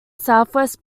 southwest